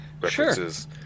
references